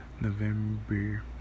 November